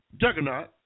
Juggernaut